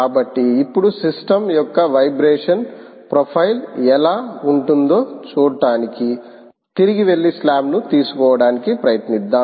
కాబట్టి ఇప్పుడు సిస్టమ్ యొక్క వైబ్రేషన్ ప్రొఫైల్ ఎలా ఉంటుందో చూడటానికి తిరిగి వెళ్లి స్లామ్లను తీసుకోవడానికి ప్రయత్నిద్దాం